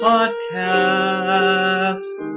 Podcast